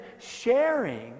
sharing